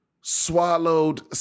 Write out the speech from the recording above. swallowed